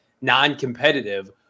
non-competitive